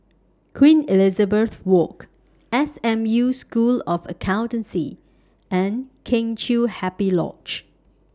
Queen Elizabeth Walk S M U School of Accountancy and Kheng Chiu Happy Lodge